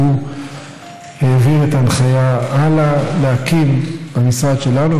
והוא העביר את ההנחיה הלאה להקים במשרד שלנו,